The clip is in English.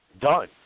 Done